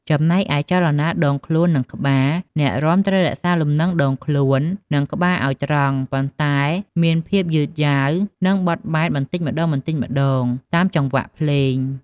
ចំណែកឯ ចលនាដងខ្លួន និងក្បាល អ្នករាំត្រូវរក្សាលំនឹងដងខ្លួន និងក្បាលឱ្យត្រង់ ប៉ុន្តែមានភាពយឺតយ៉ាវ និងបត់បែនបន្តិចម្ដងៗ តាមចង្វាក់ភ្លេង។